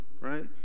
right